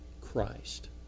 Christ